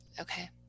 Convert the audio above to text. Okay